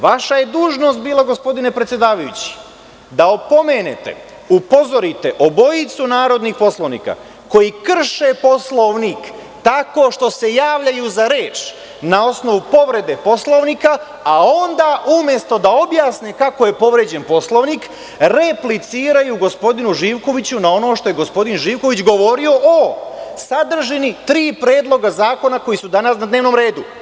Vaša je dužnost bila, gospodine predsedavajući, da opomenete i upozorite obojicu narodnih poslanika koji krše Poslovnik tako što se javljaju za reč na osnovu povrede Poslovnika, a onda, umesto da objasne kako je povređen Poslovnik, repliciraju gospodinu Živkoviću na ono što je gospodin Živković govorio o sadržini tri predloga zakona koji su danas na dnevnom redu.